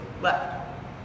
left